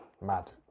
Mad